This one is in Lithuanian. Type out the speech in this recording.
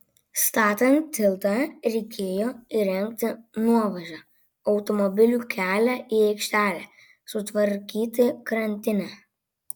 statant tiltą reikėjo įrengti nuovažą automobilių kelią į aikštelę sutvarkyti krantinę